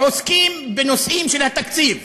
עוסקים בנושאים של התקציב.